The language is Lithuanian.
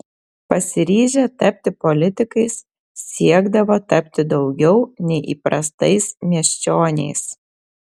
pasiryžę tapti politikais siekdavo tapti daugiau nei įprastais miesčioniais